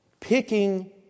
picking